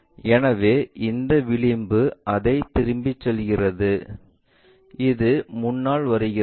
எனவே இந்த விளிம்பு அதைத் திரும்பிச் செல்கிறது இது முன்னால் வருகிறது